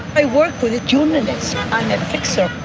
i work with journalists. i'm a fixer.